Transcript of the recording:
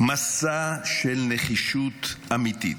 מסע של נחישות אמיתית.